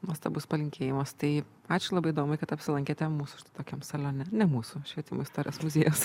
nuostabus palinkėjimas tai ačiū labai domai kad apsilankėte mūsų štai tokiam salione ne mūsų švietimo istorijos muziejaus